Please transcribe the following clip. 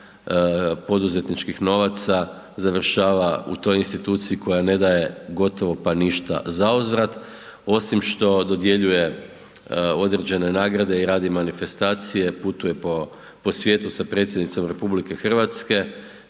poduzetničkih novaca završava u toj instituciji koja ne daje gotovo pa ništa zauzvrat osim što dodjeljuje određene nagrade i radi manifestacije, putuje po svijetu sa predsjednicom RH i hini neku